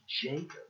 Jacob